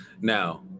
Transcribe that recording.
Now